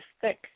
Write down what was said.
thick